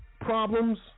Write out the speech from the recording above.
problems